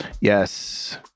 Yes